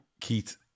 Keith